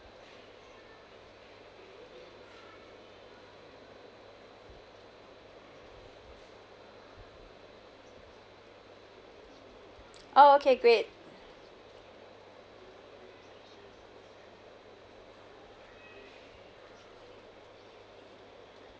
oh okay great